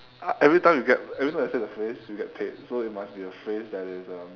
uh every time you get every time I say the phrase you get paid so it must be a phrase that is um